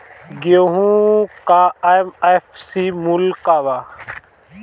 गेहू का एम.एफ.सी मूल्य का बा?